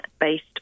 based